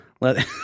let